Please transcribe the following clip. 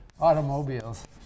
automobiles